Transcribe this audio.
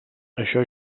això